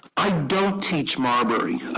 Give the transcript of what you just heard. i don't teach marbury.